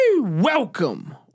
Welcome